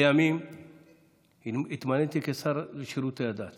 לימים התמניתי לשר לשירותי הדת